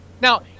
Now